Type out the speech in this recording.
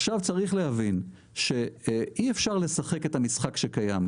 עכשיו צריך להבין שאי-אפשר לשחק את המשחק שקיים.